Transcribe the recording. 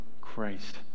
Christ